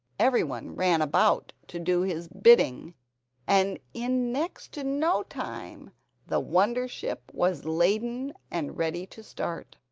every one ran about to do his bidding and in next to no time the wonder-ship was laden and ready to start.